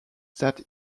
that